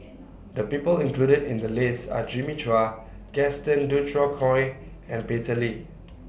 The People included in The list Are Jimmy Chua Gaston Dutronquoy and Peter Lee